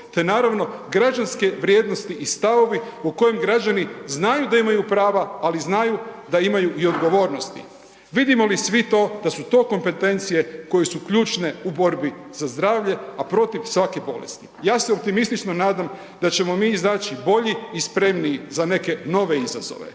te naravno građanske vrijednosti i stavovi u kojem građani znaju da imaju prava, ali znaju da imaju i odgovornosti. Vidimo li svi to da su to kompetencije koje su ključne u borbi za zdravlje, a protiv svake bolesti. Ja se optimistično nadam da ćemo mi izaći bolji i spremniji za neke nove izazove.